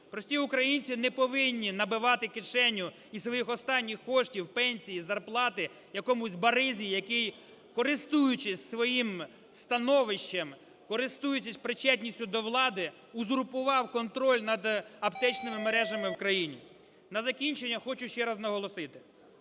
Прості українці не повинні набивати кишеню із своїх останніх коштів, пенсії, зарплати якомусь баризі, який, користуючись своїм становищем, користуючись причетністю до влади, узурпував контроль над аптечними мережами в країні. На закінчення хочу ще раз наголосити.